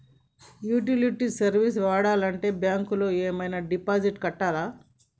Utility service వాడాలంటే bank లో ఏమైనా డిపాజిట్ కట్టాలా?